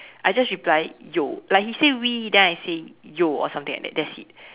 I just replied yo like he say we then I say yo or something like that that's it